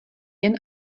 jen